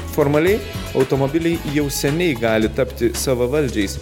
formaliai automobiliai jau seniai gali tapti savavaldžiais